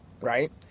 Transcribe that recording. right